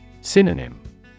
synonym